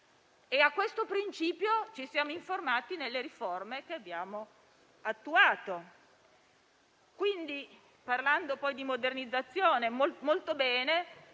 A questo principio ci siamo informati nelle riforme che abbiamo attuato. Parlando poi di modernizzazione, molto